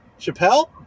Chappelle